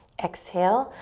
exhale,